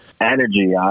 Energy